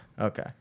Okay